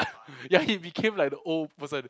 yeah he became like the old person